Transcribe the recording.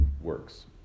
Works